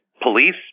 police